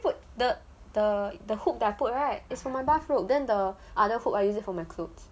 I usually put the the the hook that put right is for my bath robe then the other hook I used it for my clothes